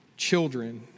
children